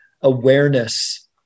awareness